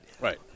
Right